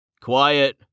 Quiet